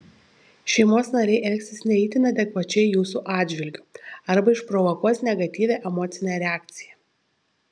šeimos nariai elgsis ne itin adekvačiai jūsų atžvilgiu arba išprovokuos negatyvią emocinę reakciją